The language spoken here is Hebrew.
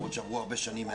למרות שמאז עברו הרבה שנים.